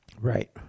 Right